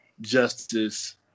justice